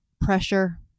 pressure